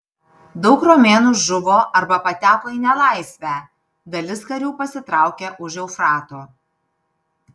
daug romėnų žuvo arba pateko į nelaisvę dalis karių pasitraukė už eufrato